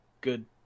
good